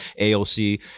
AOC